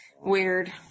weird